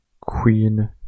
Queen